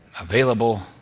available